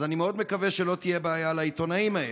אז אני מאוד מקווה שלא תהיה בעיה לעיתונאים האלה.